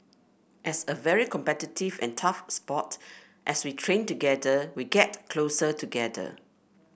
as a very competitive and tough sport as we train together we get closer together